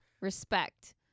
Respect